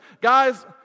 guys